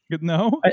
No